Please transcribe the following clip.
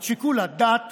את שיקול הדעת